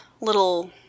little